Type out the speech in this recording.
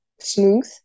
smooth